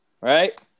Right